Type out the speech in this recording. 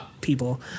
people